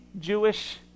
Jewish